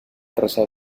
rozado